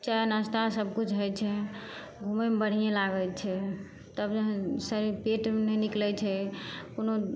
चाइ नाश्ता सबकिछु होइ छै घुमैमे बढ़िएँ लागै छै तब शरीर पेट नहि निकलै छै कोनो